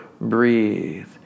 breathe